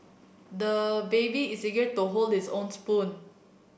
the baby is eager to hold this own spoon